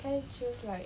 可以 choose like